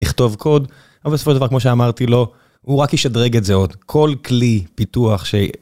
לכתוב קוד אבל בסופו של דבר כמו שאמרתי לו הוא רק יישדרג את זה עוד כל כלי פיתוח.